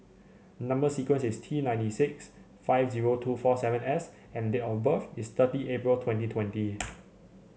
number sequence is T ninety six five zero two four seven S and date of birth is thirty April twenty twenty